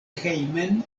hejmen